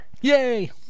yay